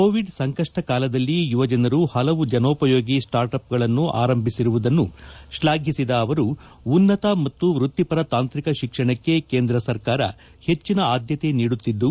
Covid ಸಂಕಷ್ಷ ಕಾಲದಲ್ಲಿ ಯುವಜನರು ಹಲವು ಜನೋಪಯೋಗಿ ಸ್ಲಾರ್ಟ್ಅಪ್ಗಳನ್ನು ಆರಂಭಿಸಿರುವುದನ್ನು ಶ್ಲಾಘಿಸಿದ ಅವರು ಉನ್ನತ ಮತ್ತು ವ್ಯಕ್ತಿಪರ ತಾಂತ್ರಿಕ ಶಿಕ್ಷಣಕ್ಕೆ ಕೇಂದ್ರ ಸರ್ಕಾರ ಹೆಚ್ಚಿನ ಆದ್ಲತೆ ನೀಡುತ್ತಿದ್ದು